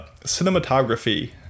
cinematography